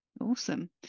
Awesome